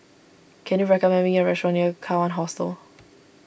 can you recommend me a restaurant near Kawan Hostel